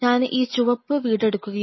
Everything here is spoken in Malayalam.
ഞാൻ ഈ ചുവപ്പു വീടെടുക്കുകയാണ്